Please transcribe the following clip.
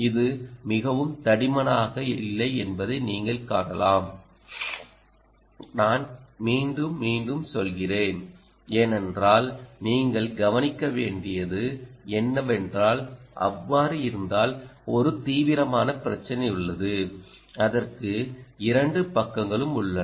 இது மிகவும் தடிமனாக இல்லை என்பதை நீங்கள் காணலாம் நான் மீண்டும் மீண்டும் சொல்கிறேன் ஏனென்றால் நீங்கள் கவனிக்க வேண்டியது என்னவென்றால் அவ்வாறு இருந்தால் ஒரு தீவிரமான பிரச்சினை உள்ளது அதற்கு இரண்டு பக்கங்களும் உள்ளன